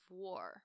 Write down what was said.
war 。